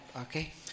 okay